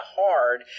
hard